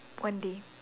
one day